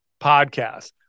podcast